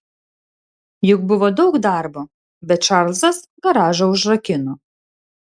juk buvo daug darbo bet čarlzas garažą užrakino